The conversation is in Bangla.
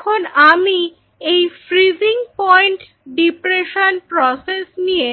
এখন আমি এই ফ্রীজিং পয়েন্ট ডিপ্রেশন প্রসেস নিয়ে